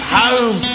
home